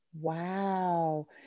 Wow